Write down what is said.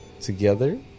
together